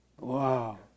Wow